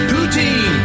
Putin